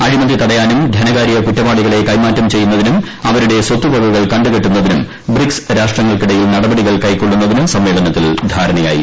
അഴിമതി തടയാനും ധനകാര്യ കുറ്റവാളികളെ കൈമാറ്റം ചെയ്യുന്നതിനും അവരുടെ സ്വത്തുവകകൾ ക ുകെട്ടുന്നതിനും ബ്രിക്സ് രാഷ്ട്രങ്ങൾക്കിടയിൽ നടപടികൾ കൈക്കൊള്ളുന്നതിന് സമ്മേളനത്തിൽ ധാരണയായി